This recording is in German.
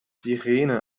sirene